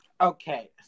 okay